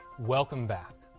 welcome back.